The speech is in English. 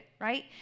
right